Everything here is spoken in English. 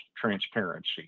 transparency